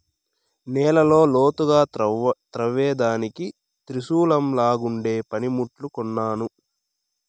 నేలను లోతుగా త్రవ్వేదానికి త్రిశూలంలాగుండే పని ముట్టు కొన్నాను